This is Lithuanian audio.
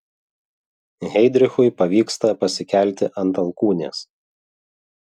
heidrichui pavyksta pasikelti ant alkūnės